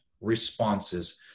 responses